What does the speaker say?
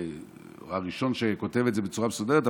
הראשון שכותב את זה בצורה מסודרת,